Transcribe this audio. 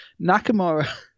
Nakamura